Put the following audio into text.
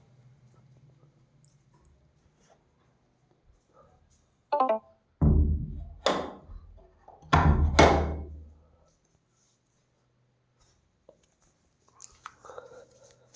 trading ಸೆಕ್ಯುರಿಟಿಗಳ ಸಾಲ ಮತ್ತ ಇಕ್ವಿಟಿ ಹೂಡಿಕೆಯಾಗಿದ್ದ ಲಾಭಕ್ಕಾಗಿ ವ್ಯಾಪಾರ ಮಾಡಕ ನಿರ್ವಹಣೆ ಯೋಜಿಸುತ್ತ